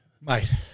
Mate